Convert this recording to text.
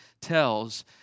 tells